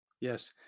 Yes